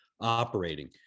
operating